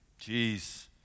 jeez